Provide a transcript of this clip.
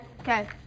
Okay